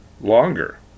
longer